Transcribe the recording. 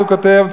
הוא כותב,